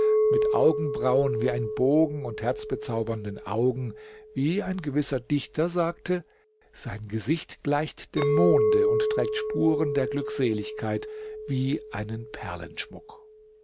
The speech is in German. mit augenbrauen wie ein bogen und herzbezaubernden augen wie ein gewisser dichter sagte sein gesicht gleicht dem monde und trägt spuren der glückseligkeit wie einen